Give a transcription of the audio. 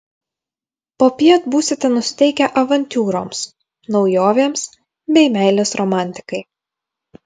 popiet būsite nusiteikę avantiūroms naujovėms bei meilės romantikai